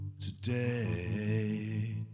today